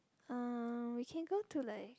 uh we can go to like